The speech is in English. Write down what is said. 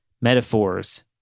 metaphors